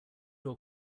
door